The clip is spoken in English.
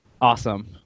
awesome